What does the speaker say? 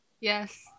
Yes